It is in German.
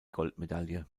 goldmedaille